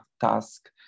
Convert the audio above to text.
task